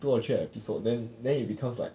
two or three episodes then then it becomes like